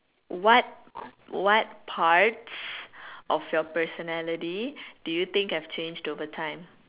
what what parts of your personality do you think have changed over time